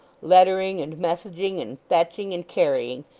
lettering, and messaging, and fetching and carrying,